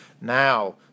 Now